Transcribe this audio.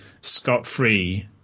scot-free